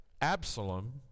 Absalom